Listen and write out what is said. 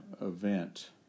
event